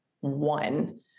one